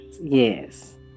yes